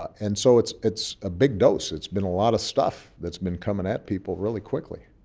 and so it's it's a big dose. it's been a lot of stuff that's been coming at people really quickly,